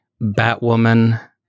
Batwoman